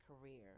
career